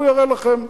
הוא יראה לכם.